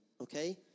okay